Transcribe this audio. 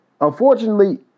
Unfortunately